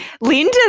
Linda